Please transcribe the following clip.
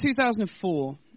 2004